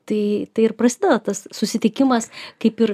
tai tai ir prasideda tas susitikimas kaip ir